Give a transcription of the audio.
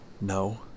No